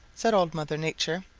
said old mother nature.